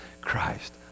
Christ